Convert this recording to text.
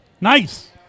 Nice